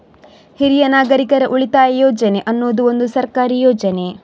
ಹಿರಿಯ ನಾಗರಿಕರ ಉಳಿತಾಯ ಯೋಜನೆ ಅನ್ನುದು ಒಂದು ಸರ್ಕಾರಿ ಯೋಜನೆ